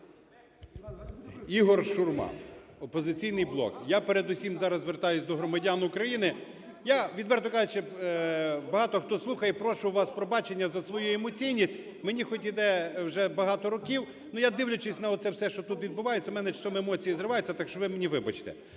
Ігор Шурма, "Опозиційний блок". Я передусім зараз звертаюся до громадян України. Я, відверто кажучи…, багато хто слухає, прошу в вас пробачення за свою емоційність, мені хоть іде вже багато років, ну, я, дивлячись на оце все, що тут відбувається, в мене часом емоції зриваються, так що ви мені вибачте.